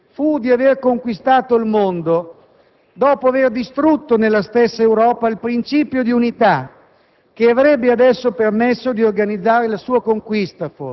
«L'avventura, il dramma dell'epoca moderna, fu di aver conquistato il mondo dopo aver distrutto nella stessa Europa il principio di unità